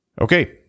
Okay